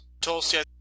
Tulsi